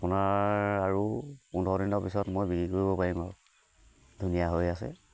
আপোনাৰ আৰু পোন্ধৰ দিনৰ পিছত মই বিক্ৰী কৰিব পাৰিম আৰু ধুনীয়া হৈ আছে